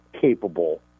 capable